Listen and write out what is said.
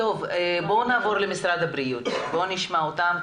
נעבור למשרד הבריאות ונשמע אותם,